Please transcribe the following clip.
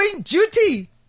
duty